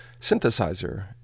synthesizer